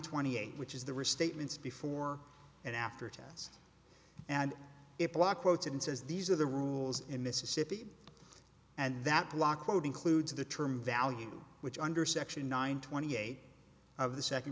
twenty eight which is the restatements before and after tense and if the law quotes and says these are the rules in mississippi and that blockquote includes the term value which under section nine twenty eight of the second